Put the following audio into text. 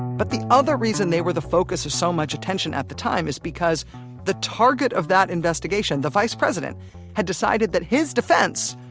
but the other reason they were the focus of so much attention at the time is because the target of that investigation the vice president had decided that his defense,